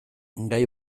gai